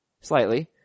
slightly